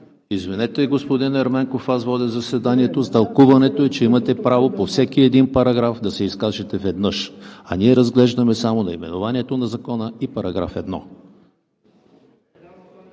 Извинете, господин Ерменков, аз водя заседанието с тълкуването, че имате право по всеки един параграф да се изкажете веднъж, а ние разглеждаме наименованието на Закона и § 1.